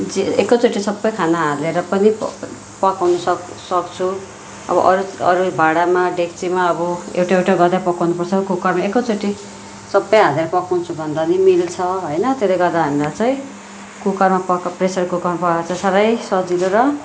जे एकैचोटि सबै खाना हालेर पनि पक पकाउनु सक सक्छु अब अरू अरू भाँडामा डेक्चीमा अब एउटा एउटा गर्दै पकाउनु पर्छ कुकरमा एकैचोटि सबै हालेर पकाउँछु भन्दा नि मिल्छ होइन त्यसले गर्दा हामीलाई चाहिँ कुकरमा पका प्रेसर कुकरमा पकाएको चाहिँ साह्रै सजिलो र